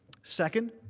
second,